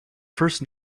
first